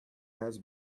has